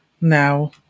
now